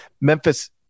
Memphis